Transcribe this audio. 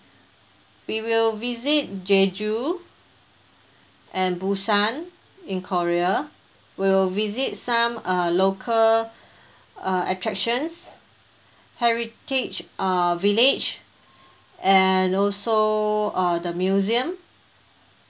we will visit jeju and busan in korea we'll visit some uh local uh attractions heritage uh village and also uh the museum